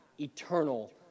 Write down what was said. eternal